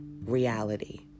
reality